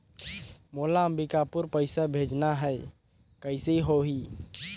मोला अम्बिकापुर पइसा भेजना है, कइसे होही?